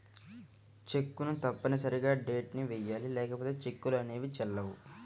చెక్కును తప్పనిసరిగా డేట్ ని వెయ్యాలి లేకపోతే చెక్కులు అనేవి చెల్లవు